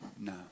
No